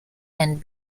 and